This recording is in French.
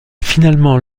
finalement